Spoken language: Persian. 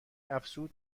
افزود